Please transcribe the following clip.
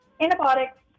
antibiotics